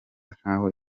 nk’aho